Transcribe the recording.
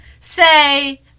Say